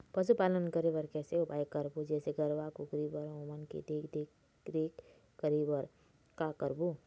पशुपालन करें बर कैसे उपाय करबो, जैसे गरवा, कुकरी बर ओमन के देख देख रेख करें बर का करबो?